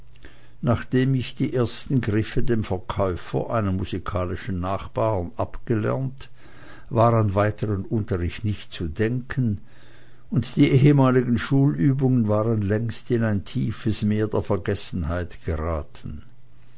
nachdem ich die ersten griffe dem verkäufer einem musikalischen nachbaren abgelernt war an weitern unterricht nicht zu denken und die ehemaligen schulübungen waren längst in ein tiefes meer der vergessenheit geraten